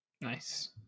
Nice